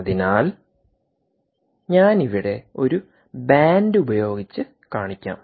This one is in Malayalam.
അതിനാൽ ഞാൻ ഇവിടെ ഒരു ബാൻഡ് ഉപയോഗിച്ച് കാണിക്കാം